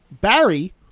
Barry